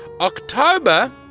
October